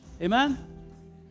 Amen